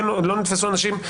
לא נתפסו אנשים?